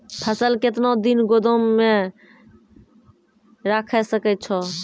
फसल केतना दिन गोदाम मे राखै सकै छौ?